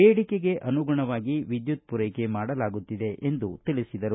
ಬೇಡಿಕೆಗೆ ಅನುಗುಣವಾಗಿ ವಿದ್ಯುತ್ ಪೂರೈಕೆ ಮಾಡಲಾಗುತ್ತಿದೆ ಎಂದು ತಿಳಿಸಿದರು